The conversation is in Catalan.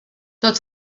tot